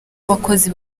abakozi